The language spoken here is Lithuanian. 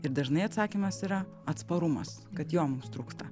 ir dažnai atsakymas yra atsparumas kad jom mums trūksta